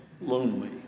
lonely